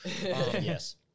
Yes